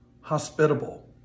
hospitable